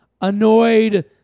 annoyed